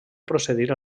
procedir